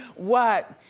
what?